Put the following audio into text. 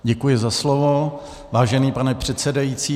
Děkuji za slovo, vážený pane předsedající.